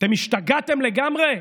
אתם השתגעתם לגמרי?